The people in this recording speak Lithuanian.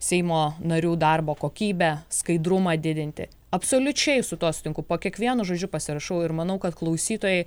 seimo narių darbo kokybę skaidrumą didinti absoliučiai su tuo sutinku po kiekvienu žodžiu pasirašau ir manau kad klausytojai